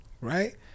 Right